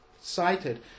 cited